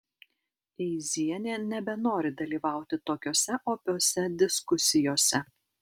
eizienė nebenori dalyvauti tokiose opiose diskusijose